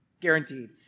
guaranteed